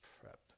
prep